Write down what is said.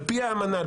על פי האמנה,